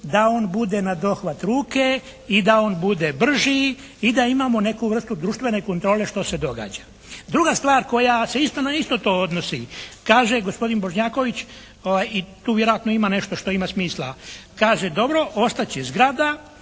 da on bude na dohvat ruke i da on bude brži i da imamo neku vrstu društvene kontrole što se događa. Druga stvar koja se na isto to odnosi. Kaže gospodin Bošnjaković i tu vjerojatno ima nešto što ima smisla. Kaže, dobro ostat će zgrada,